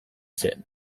zen